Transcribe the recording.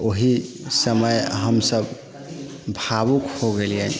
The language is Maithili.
तऽ ओहि समय हम सभ भावुक हो गेलियनि